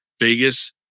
Vegas